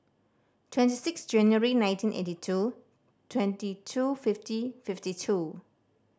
twenty six January nineteen eighty two twenty two fifty fifty two